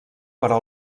però